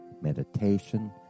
meditation